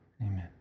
amen